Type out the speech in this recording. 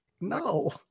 No